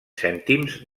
cèntims